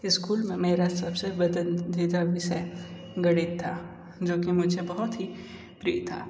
school में मेरा सबसे पसंदीदा विषय गणित था जो की मुझे बहुत ही प्रिय था